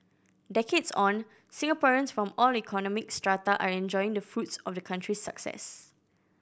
decades on Singaporeans from all economic strata are enjoying the fruits of the country's success